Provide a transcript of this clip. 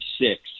six